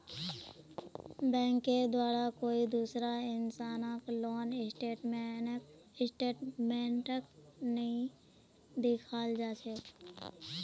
बैंकेर द्वारे कोई दूसरा इंसानक लोन स्टेटमेन्टक नइ दिखाल जा छेक